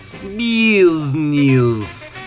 BUSINESS